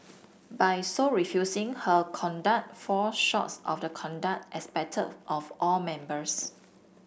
by so refusing her conduct fall shorts of the conduct expected of all members